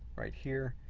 right here.